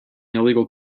illegal